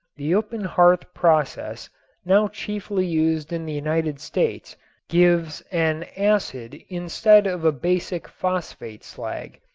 the open hearth process now chiefly used in the united states gives an acid instead of a basic phosphate slag,